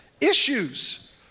issues